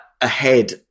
ahead